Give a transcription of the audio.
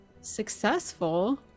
successful